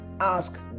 ask